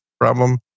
problem